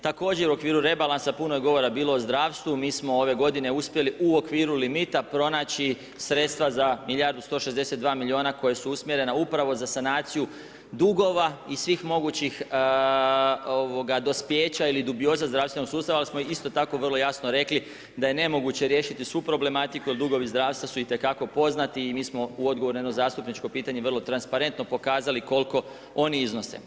Također u okviru rebalansa puno je govora bilo o zdravstvu, mi smo ove godine uspjeli u okviru limita pronaći sredstva za milijardu 162 milijuna koja su usmjerena upravo za sanaciju dugova i svih mogućih dospijeća ili dubioza zdravstvenog sustava, ali smo isto tako vrlo jasno rekli da je nemoguće riješiti svu problematiku jel dugovi zdravstva su itekako poznati i mi smo u odgovoru na jedno zastupničko pitanje vrlo transparentno pokazali koliko oni iznose.